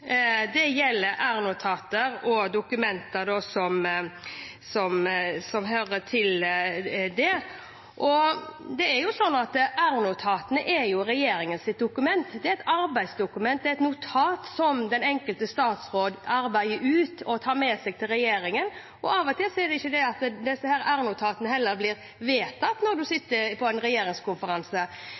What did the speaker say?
gjelder r-notater og dokumenter som hører til disse. R-notatene er regjeringens dokument – det er et arbeidsdokument, det er et notat som den enkelte statsråd utarbeider og tar med seg til regjeringen – og av og til blir disse r-notatene heller ikke vedtatt når man sitter på en regjeringskonferanse. Men det er viktig at disse